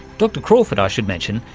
dr crawford, i should mention,